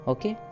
Okay